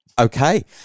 Okay